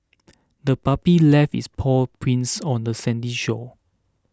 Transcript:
the puppy left its paw prints on the sandy shore